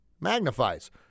magnifies